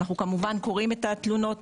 אנחנו כמובן קוראים את התלונות,